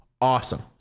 awesome